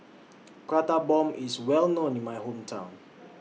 Prata Bomb IS Well known in My Hometown